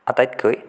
আটাইতকৈ